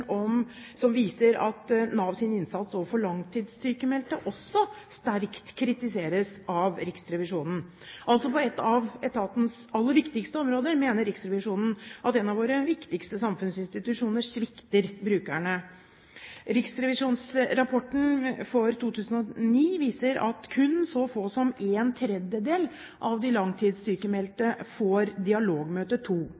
viser at Navs innsats overfor langtidssykmeldte også sterkt kritiseres av Riksrevisjonen – på et av etatens aller viktigste områder mener altså Riksrevisjonen at en av våre viktigste samfunnsinstitusjoner svikter brukerne. Riksrevisjonens rapport for 2009 viser at kun så få som en tredel av de